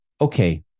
okay